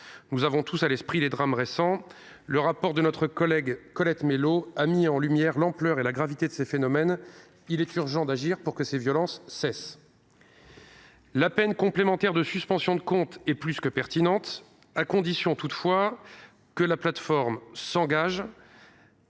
Nous avons tous à l’esprit les drames récents. Le rapport d’information de notre collègue Colette Mélot a mis en lumière l’ampleur et la gravité de ces phénomènes. Il est urgent d’agir pour que ces violences cessent. La peine complémentaire de suspension de compte est plus que pertinente, à condition toutefois que la plateforme s’engage